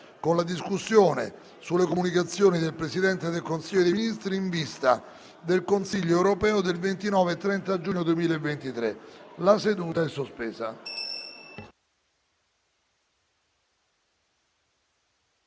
Discussione sulle Comunicazioni del Presidente del Consiglio dei Ministri in vista del Consiglio europeo del 29 e 30 giugno 2023: sulla